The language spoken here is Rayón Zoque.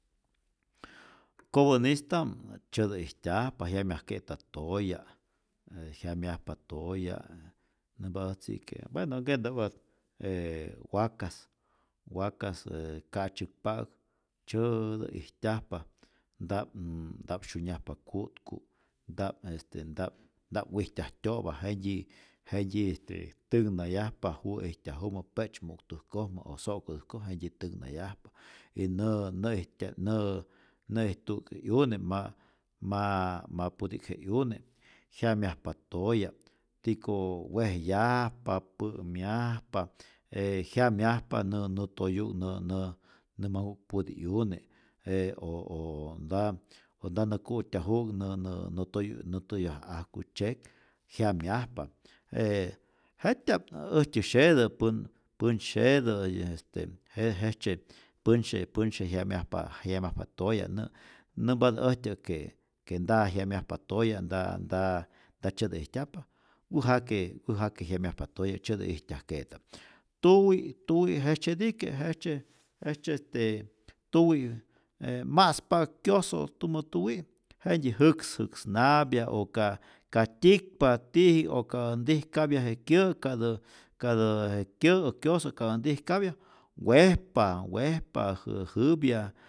Kopänista'p tzyätä ijtyajpa, jyamyajke'ta toya', e jyamyajpa toya, nämpa äjtzi que bueno nkentä'u'at je wakas, wakas e ka'tzyäkpa'äk tzyääátä ijtyajpa nta't nta'p syunyajpa ku'tku, nta'p este nta'p nta'p wijtyajtyo'pa, jentyi jentyi este tänhnayajpa juwä ijtyajumä pe'tzymuktäjkojmä o so'kotäjkojmä jentyi tänhnayajpa y nä näijtya na nä'ijtu'k 'yune ma' maa puti'k je 'yune jyamyajpa toya, tiko wejyajpa, pä'myajpa, e jyamyajpa nä nä toyu'k nä nä nä manhu'k puti 'yune, je o o nta o nta nä ku'tyaju'k nä nä nä toya nä toyaj ajku tzyek jyamyajpa, je jet'tya'p äjtyäsyetä pän pänsyetä y este je jejtzye pänsye pänsye jyamyajpa jyamyajpa toya', nä nämpatä äjtyä que que nta jyamyajpa toya', nta nta tzyätä ijtyajpa, wäjake wäjake jyamyajpa toya, tzyätä ijtyajke'ta, tuwi tuwi jejtzyetike, jejtzye jejtzye este tuwi' e ma'spa'k kyoso tumä tuwi' jentyi jäks jäks'napya o ka ka tyikpa tiji'k o ka ntijkapya je kyä', katä kätä je kyä' o kyoso katä ntijkapya wejpa, wejpa jä jäpya